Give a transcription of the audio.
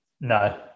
No